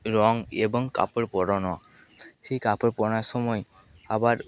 রং এবং কাপড় পরানো সেই কাপড় পরানোর সময় আবার